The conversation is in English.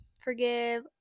forgive